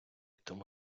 тому